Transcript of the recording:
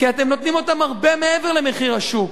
כי אתם נותנים אותם הרבה מעבר למחיר השוק.